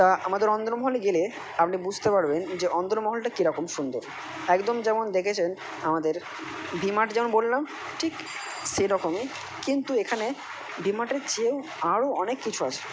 তা আমাদের অন্দরমহলে গেলে আপনি বুঝতে পারবেন যে অন্দরমহলটা কী রকম সুন্দর একদম যেমন দেখেছেন আমাদের ভি মার্ট যেমন বললাম ঠিক সেরকমই কিন্তু এখানে ভি মার্টের চেয়ে আরো অনেক কিছু আছে